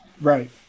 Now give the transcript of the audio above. Right